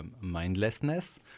mindlessness